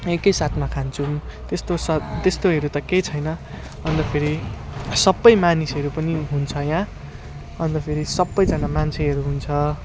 एकै साथमा खान्छौँ त्यस्तो त्यस्तोहरू त केही छैन अन्त फेरि सबै मानिसहरू पनि हुन्छ यहाँ अन्त फेरि सबैजना मान्छेहरू हुन्छ